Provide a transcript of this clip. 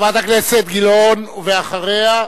חברת הכנסת זהבה גילאון, ואחריה,